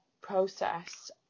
process